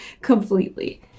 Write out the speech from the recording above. completely